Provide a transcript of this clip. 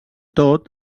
tot